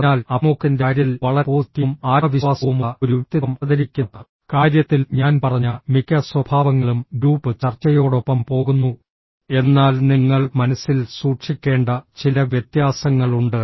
അതിനാൽ അഭിമുഖത്തിന്റെ കാര്യത്തിൽ വളരെ പോസിറ്റീവും ആത്മവിശ്വാസവുമുള്ള ഒരു വ്യക്തിത്വം അവതരിപ്പിക്കുന്ന കാര്യത്തിൽ ഞാൻ പറഞ്ഞ മിക്ക സ്വഭാവങ്ങളും ഗ്രൂപ്പ് ചർച്ചയോടൊപ്പം പോകുന്നു എന്നാൽ നിങ്ങൾ മനസ്സിൽ സൂക്ഷിക്കേണ്ട ചില വ്യത്യാസങ്ങളുണ്ട്